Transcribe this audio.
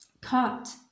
cut